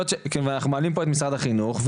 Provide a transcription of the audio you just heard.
ואנחנו מעלים לפה את משרד החינוך,